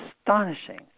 astonishing